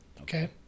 Okay